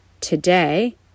today